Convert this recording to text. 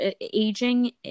Aging